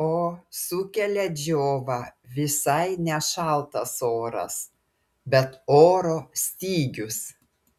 o sukelia džiovą visai ne šaltas oras bet oro stygius